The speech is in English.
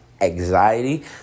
anxiety